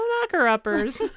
Knocker-uppers